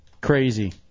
crazy